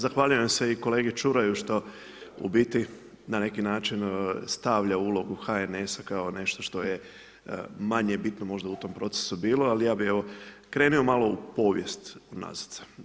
Zahvaljujem se i kolegi Čuraju što u biti, na neki način stavlja ulogu NHS-a kao nešto što je manje bitno u tom procesu bilo, ali ja bi krenuo malo u povijest unazad.